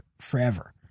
forever